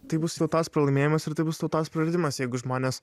tai bus tautos pralaimėjimas ir tai bus tautos praradimas jeigu žmonės